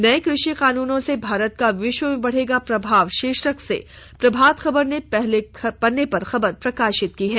नये कृषि कानूनों से भारत का विश्व में बढ़ेगा प्रभाव शीर्षक से प्रभात खबर ने पहले पन्ने पर खबर प्रकाशित किया है